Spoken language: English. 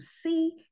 see